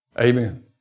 Amen